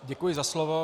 Děkuji za slovo.